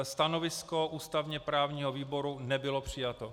Stanovisko ústavněprávního výboru nebylo přijato.